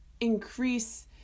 increase